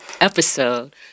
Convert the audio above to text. episode